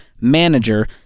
Manager